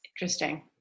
Interesting